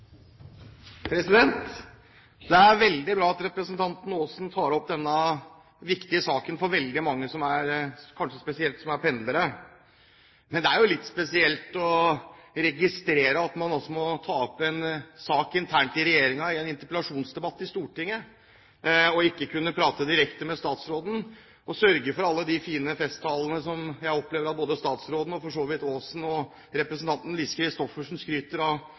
Drammen. Det er veldig bra at representanten Aasen tar opp denne saken, som er viktig for veldig mange, kanskje spesielt for pendlerne. Men det er jo litt spesielt å registrere at man må ta opp en slik sak internt i regjeringen i en interpellasjonsdebatt i Stortinget, istedenfor å kunne prate direkte med statsråden og sørge for å oppfylle det som jeg opplever at både statsråden og for så vidt representanten Aasen og representanten Lise Christoffersen skryter av